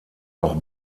auch